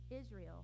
Israel